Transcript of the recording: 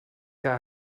que